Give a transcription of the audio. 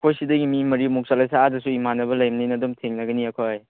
ꯑꯩꯈꯣꯏ ꯁꯤꯗꯒꯤ ꯃꯤ ꯃꯔꯤꯃꯨꯛ ꯆꯠꯂꯁꯦ ꯑꯥꯗꯁꯨ ꯏꯃꯥꯟꯅꯕ ꯂꯩꯕꯅꯤꯅ ꯑꯗꯨꯝ ꯊꯦꯡꯅꯒꯅꯤ ꯑꯩꯈꯣꯏ